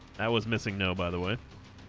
that was missing no by the way